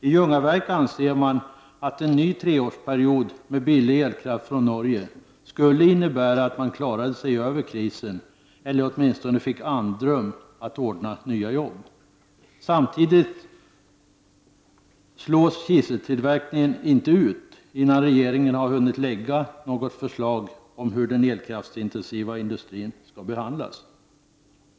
I Ljungaverk anser man att en ny treårsperiod med billig elkraft från Norge skulle innebära att man klarade sig över krisen eller att man åtminstone fick andrum att ordna nya jobb. Samtidigt slås inte kiseltillverkningen ut innan regeringen hunnit lägga något förslag om hur den elkraftintensiva industrin skall behandlas.